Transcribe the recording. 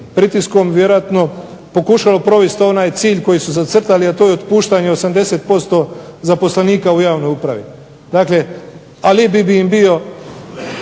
pritiskom vjerojatno provesti onaj cilj koji su zacrtali a to je otpuštanje 80% zaposlenika u javnoj upravi. Dakle, alibi bi im bio